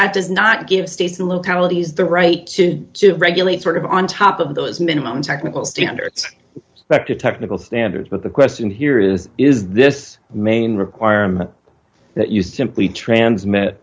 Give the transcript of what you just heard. that does not give states and localities the right to sue regulate sort of on top of those minimum technical standards back to technical standards but the question here is is this main requirement that you simply transmit